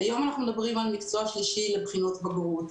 היום אנחנו מדברים על מקצוע שלישי לבחינות בגרות,